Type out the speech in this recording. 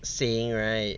saying right